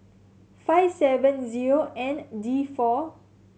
five seven zero N D four